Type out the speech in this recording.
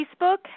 Facebook